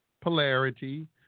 polarity